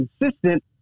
consistent